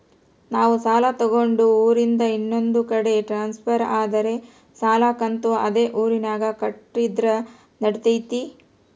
ನಾವು ಸಾಲ ತಗೊಂಡು ಊರಿಂದ ಇನ್ನೊಂದು ಕಡೆ ಟ್ರಾನ್ಸ್ಫರ್ ಆದರೆ ಸಾಲ ಕಂತು ಅದೇ ಊರಿನಾಗ ಕಟ್ಟಿದ್ರ ನಡಿತೈತಿ?